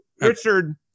Richard